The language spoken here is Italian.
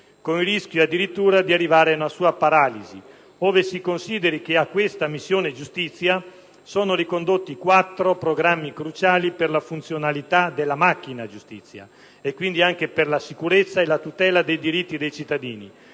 il rischio di arrivare addirittura ad una sua paralisi, ove si consideri che a questa missione sono ricondotti quattro programmi cruciali per la funzionalità della macchina giustizia e, quindi, anche per la sicurezza e la tutela dei diritti dei cittadini.